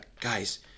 guys